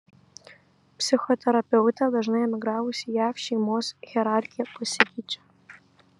psichoterapeutė dažnai emigravus į jav šeimos hierarchija pasikeičia